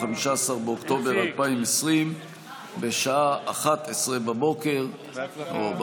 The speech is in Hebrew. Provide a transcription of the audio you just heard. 15 באוקטובר 2020. בשעה 11:00.